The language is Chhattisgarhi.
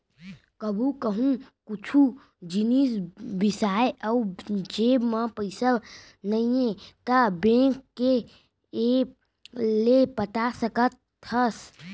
कभू कहूँ कुछु जिनिस बिसाए अउ जेब म पइसा नइये त बेंक के ऐप ले पटा सकत हस